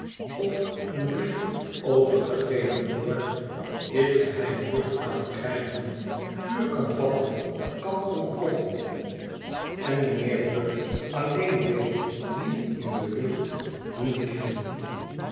of een brief overgegeven wordt dit geheim lucht kan krijgen vuur kan vatten kan ontploffen en mijnheer bucket alleen weet wie in dé lucht doen vliegen